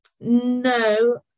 No